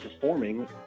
performing